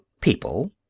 people